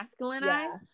masculinized